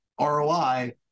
ROI